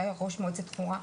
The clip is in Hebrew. שהיה ראש מועצת חורה,